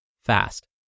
fast